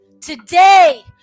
today